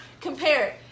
compare